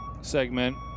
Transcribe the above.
segment